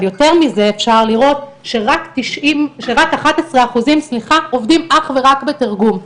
אבל יותר מזה אפשר לראות שרק אחד עשר אחוזים עובדים אך ורק בתרגום.